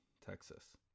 Texas